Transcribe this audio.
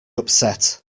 upset